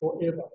forever